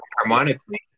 harmonically